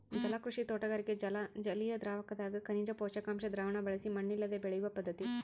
ಜಲಕೃಷಿ ತೋಟಗಾರಿಕೆ ಜಲಿಯದ್ರಾವಕದಗ ಖನಿಜ ಪೋಷಕಾಂಶ ದ್ರಾವಣ ಬಳಸಿ ಮಣ್ಣಿಲ್ಲದೆ ಬೆಳೆಯುವ ಪದ್ಧತಿ